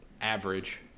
average